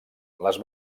les